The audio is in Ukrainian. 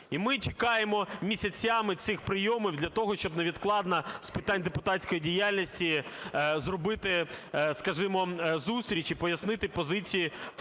і ми чекаємо місяцями цих прийомів для того, щоб невідкладно з питань депутатської діяльності зробити, скажімо, зустріч і пояснити позиції в тому